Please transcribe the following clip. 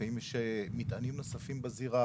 לפעמים יש חשד למטענים נוספים בזירה,